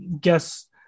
guess